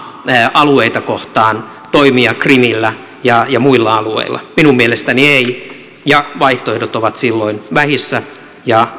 alueita kohtaan toimia krimillä ja ja muilla alueilla minun mielestäni ei vaihtoehdot ovat silloin vähissä ja